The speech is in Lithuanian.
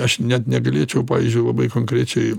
aš net negalėčiau pavyzdžiui labai konkrečiai